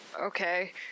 Okay